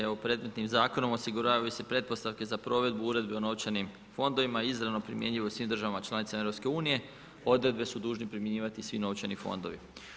Evo predmetnim zakonom osiguravaju se pretpostavke za provedbu uredbe o novčanim fondovima izravno primjenjuju u svim državama članicama EU-a, odredbe su dužni primjenjivati svi novčani fondovi.